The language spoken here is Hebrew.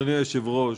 אדוני היושב-ראש,